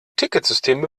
ticketsystem